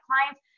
clients